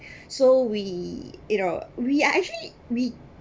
so we you know we're actually we